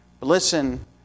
Listen